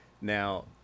Now